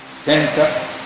center